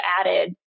added